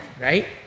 right